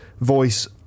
voice